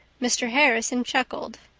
mr. harrison chuckled.